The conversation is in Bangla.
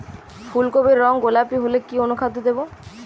ফুল কপির রং গোলাপী হলে কি অনুখাদ্য দেবো?